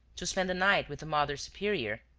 to spend the night with the mother superior,